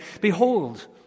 behold